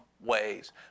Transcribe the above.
ways